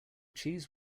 cheese